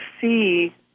see